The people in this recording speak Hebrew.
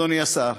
אדוני השר,